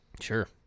Sure